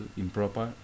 improper